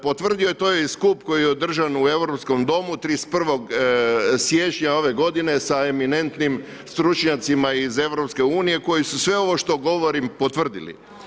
Potvrdio je to i skup koji je održan u Europskom domu 31. siječnja ove godine sa eminentnim stručnjacima iz EU-a koji su sve ovo što govorim potvrdili.